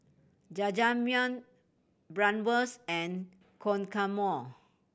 Jajangmyeon Bratwurst and Guacamole